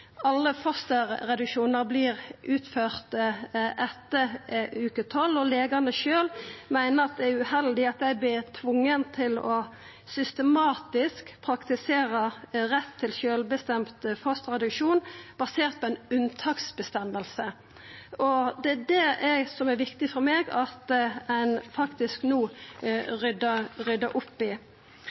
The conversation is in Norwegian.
alle fosterreduksjonar vert utførte etter veke 12, og legane sjølve meiner det er uheldig at dei vert tvinga til systematisk å praktisera retten til sjølvbestemd fosterreduksjon basert på ein unntaksregel. Det er det det er viktig for meg at ein no faktisk ryddar opp i.